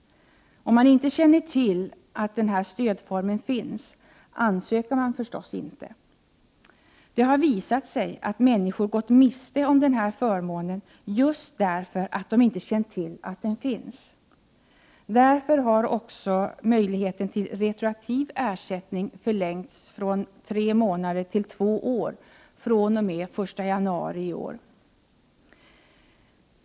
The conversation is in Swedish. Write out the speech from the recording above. Om man inte känner till att denna stödform finns ansöker man förstås inte. Det har visat sig att människor gått miste om denna förmån just därför att de inte känt till att den finns. Därför har också möjligheten till retroaktiv ersättning förlängts från tre månader till två år fr.o.m. den 1 januari i år.